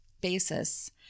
basis